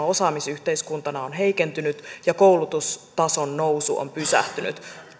osaamisyhteiskuntana on heikentynyt ja koulutustason nousu on pysähtynyt